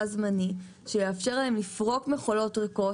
זמני שיאפשר להם לפרוק מכולות ריקות,